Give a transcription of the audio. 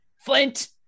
Flint